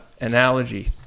analogy